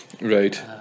Right